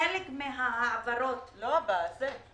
חלק מההעברות --- לא הבא, הזה.